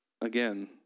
again